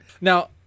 Now